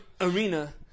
arena